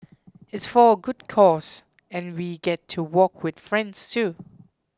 it's for a good cause and we get to walk with friends too